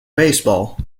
baseball